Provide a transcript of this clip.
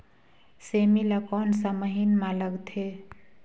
सेमी ला कोन सा महीन मां लगथे?